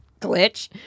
Glitch